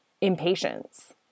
impatience